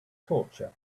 torture